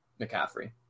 McCaffrey